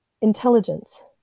intelligence